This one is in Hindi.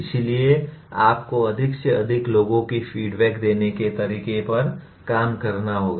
इसलिए आपको अधिक से अधिक लोगों को फीडबैक देने के तरीके पर काम करना होगा